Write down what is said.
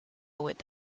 with